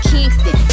Kingston